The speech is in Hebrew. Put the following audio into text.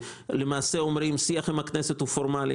לא ייתכן שיאמרו לנו שהשיח עם הכנסת הוא פורמאלי,